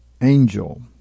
angel